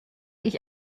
ich